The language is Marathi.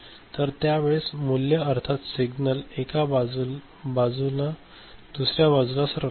तर त्यावेळेस मूल्य अर्थात सिग्नल एका बाजूलाून दुसर्या बाजूला सरकतो